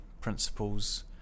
principles